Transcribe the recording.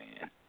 man